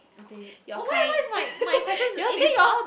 okay okay oh why why is my my question it is your